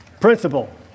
principle